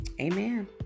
amen